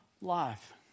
life